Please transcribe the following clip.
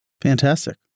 Fantastic